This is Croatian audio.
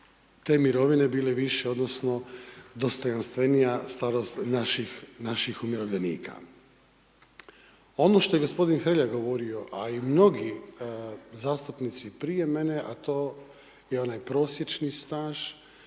te mirovine bile više, odnosno dostojanstvenija starost naših umirovljenika. Ono što je gospodin Hrelja govorio a i mnogi zastupnici prije mene a to je onaj prosječni staž,